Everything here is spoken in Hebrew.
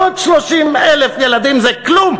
עוד 30,000 ילדים זה כלום?